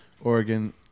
Oregon